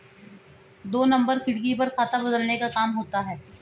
दो नंबर खिड़की पर खाता बदलने का काम होता है